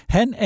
Han